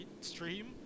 stream